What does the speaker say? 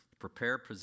Prepare